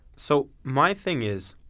so, my thing is,